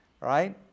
right